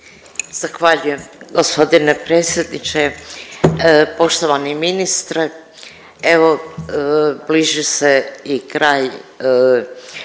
Zahvaljujem g. predsjedniče. Poštovani ministre, evo, bliži se i kraj